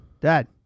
Dad